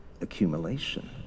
accumulation